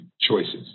choices